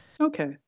okay